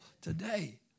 today